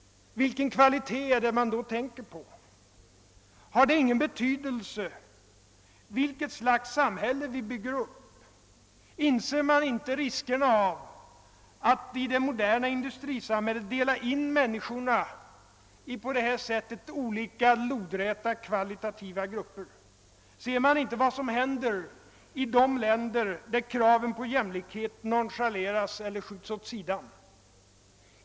Vilken kvalitet är det man då tänker på? Har det ingen betydelse vilket slags samhälle vi bygger upp? Inser man inte riskerna av att på detta sätt i det moderna industrisamhället dela in människorna i olika lodräta kvalitativa grupper? Ser man inte vad som händer i de länder, där kravet på jämlikhet nonchaleras eller skjuts åt sidan?